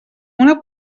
una